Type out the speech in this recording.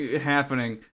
happening